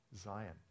Zion